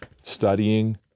studying